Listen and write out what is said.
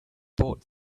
bought